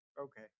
Okay